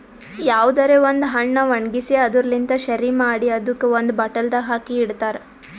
ಯಾವುದರೆ ಒಂದ್ ಹಣ್ಣ ಒಣ್ಗಿಸಿ ಅದುರ್ ಲಿಂತ್ ಶೆರಿ ಮಾಡಿ ಅದುಕ್ ಒಂದ್ ಬಾಟಲ್ದಾಗ್ ಹಾಕಿ ಇಡ್ತಾರ್